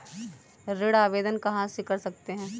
ऋण आवेदन कहां से कर सकते हैं?